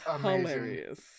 hilarious